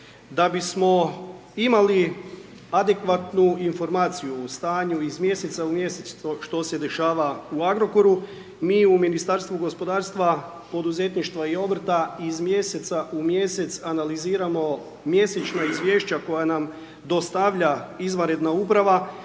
Da bismo imali adekvatnu informaciju o stanju iz mjeseca u mjesec, što se dešava u Agrokoru mi u Ministarstvu gospodarstva, poduzetništva i obrta iz mjeseca u mjesec analiziramo mjesečna izvješća koja nam dostavlja izvanredna uprava,